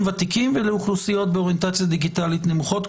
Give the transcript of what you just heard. ותיקים ולאוכלוסיות באוריינטציה דיגיטלית נמוכה,